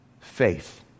faith